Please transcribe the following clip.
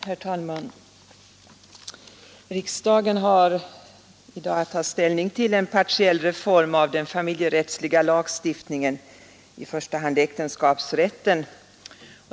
Herr talman! Riksdagen har i dag att ta ställning till en partiell reform av den familjerättsliga lagstiftningen, i första hand äktenskapsrätten.